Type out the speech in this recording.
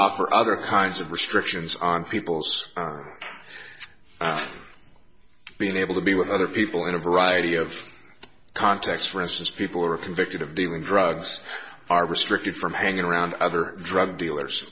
offer other kinds of restrictions on people's being able to be with other people in a variety of contexts for instance people who are convicted of dealing drugs are restricted from hanging around other drug dealers